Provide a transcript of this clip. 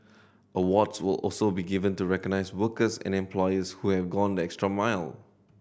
awards will also be given to recognise workers and employers who have gone the extra mile